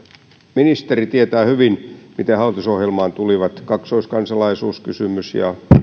ministeri tietää hyvin miten hallitusohjelmaan tulivat kaksoiskansalaisuuskysymys ja